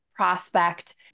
prospect